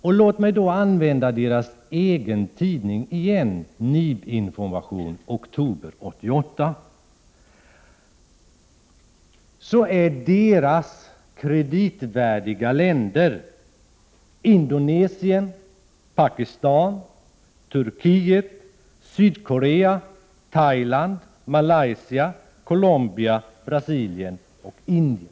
Återigen hänvisar jag till NIB:s egen tidning, NIB-Information från oktober 1988. NIB:s kreditvärdiga länder är Indonesien, Pakistan, Turkiet, Sydkorea, Thailand, Malaysia, Colombia, Brasilien och Indien.